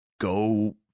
go